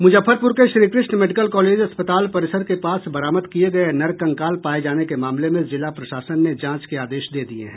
मुजफ्फरपुर के Shrikrishna medical college अस्पताल परिसर के पास बरामद किये गये नरकंकाल पाये जाने के मामले में जिला प्रशासन ने जांच के आदेश दे दिये हैं